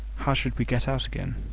how should we get out again?